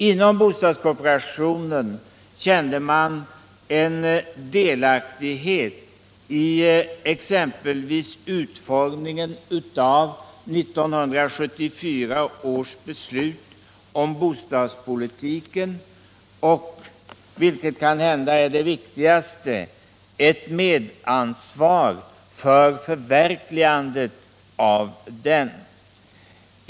Inom bostadskooperationen kände man en delaktighet i exempelvis utformningen av 1974 års beslut om bostadspolitiken och — vilket kanhända är det viktigaste — ett medansvar för förverkligandet av den.